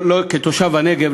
כתושב הנגב,